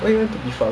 I don't know